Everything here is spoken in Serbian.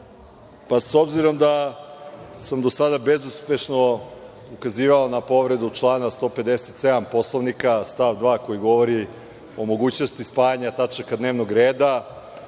obzirom da sam do sada bezuspešno ukazivao na povredu člana 157. Poslovnika, stav 2, koji govori o mogućnosti spajanja tačaka dnevnog reda,